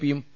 പിയും പി